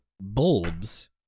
bulbs